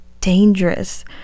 dangerous